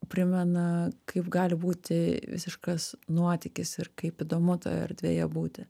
primena kaip gali būti visiškas nuotykis ir kaip įdomu toj erdvėje būti